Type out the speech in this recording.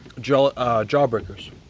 Jawbreakers